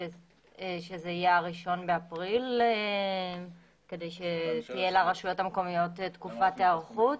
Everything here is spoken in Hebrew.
שזה יהיה ה-1 באפריל כדי שתהיה לרשויות המקומיות תקופת היערכות.